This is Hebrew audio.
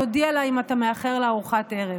תודיע לה אם אתה מאחר לארוחת ערב,